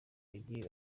mujyi